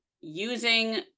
using